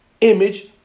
image